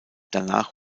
danach